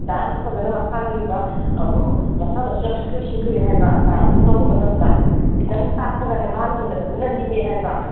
ꯗꯥꯟꯁꯁꯨ ꯐꯖꯅ ꯃꯁꯥꯒꯤ ꯑꯣꯏꯕ ꯃꯁꯥꯅꯁꯨ ꯌꯥꯝꯅ ꯍꯩꯊꯣꯏ ꯁꯤꯡꯊꯣꯏ ꯍꯥꯏꯕ ꯗꯥꯟꯁꯇꯨ ꯇꯧꯕ ꯃꯇꯝꯗ ꯈꯤꯇꯪ ꯇꯥꯛꯄꯒꯅꯦ ꯃꯥꯅ ꯍꯦꯟꯅ ꯐꯖꯅ ꯅꯤꯛꯏ ꯍꯥꯏꯕ